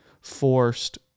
forced